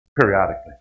periodically